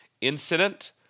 incident